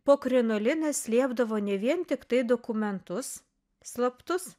po krinolina slėpdavo ne vien tiktai dokumentus slaptus